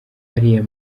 ariya